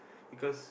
because